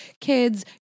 kids